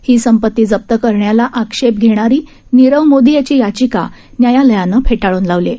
ही संपत्ती जप्त करण्याला आक्षेप घेणारी नीरव मोदी याची याचिका न्यायालयानं फेटाळून लावली आहे